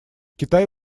китай